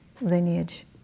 lineage